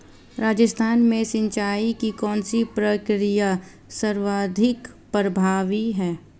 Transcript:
राजस्थान में सिंचाई की कौनसी प्रक्रिया सर्वाधिक प्रभावी है?